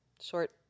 short